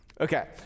Okay